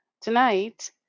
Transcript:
tonight